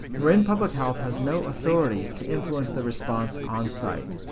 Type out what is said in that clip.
marin public health has no authority to influence the response on site,